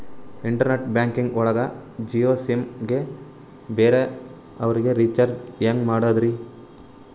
Internet banking ಒಳಗ Jio sim ಗೆ ಬೇರೆ ಅವರಿಗೆ ರೀಚಾರ್ಜ್ ಹೆಂಗ್ ಮಾಡಿದ್ರಿ?